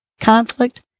conflict